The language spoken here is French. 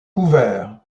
couvert